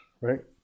right